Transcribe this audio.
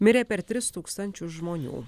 mirė per tris tūkstančius žmonių